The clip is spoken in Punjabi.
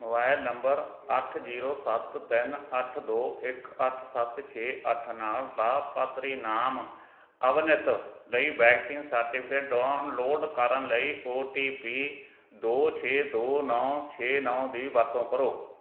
ਮੋਬਾਇਲ ਨੰਬਰ ਅੱਠ ਜੀਰੋ ਸੱਤ ਤਿੰਨ ਅੱਠ ਦੋ ਇੱਕ ਅੱਠ ਸੱਤ ਛੇ ਅੱਠ ਨਾਲ ਲਾਭਪਾਤਰੀ ਨਾਮ ਅਵਨਿਤ ਲਈ ਵੈਕਸੀਨ ਸਰਟੀਫਿਕੇਟ ਡਾਊਨਲੋਡ ਕਰਨ ਲਈ ਓ ਟੀ ਪੀ ਦੋ ਛੇ ਦੋ ਨੌਂ ਛੇ ਨੌਂ ਦੀ ਵਰਤੋਂ ਕਰੋ